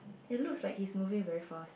it looks like he's moving very fast